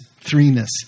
threeness